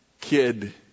kid